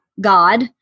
God